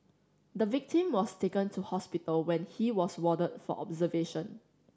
the victim was taken to hospital where he was warded for observation